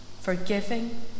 forgiving